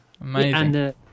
amazing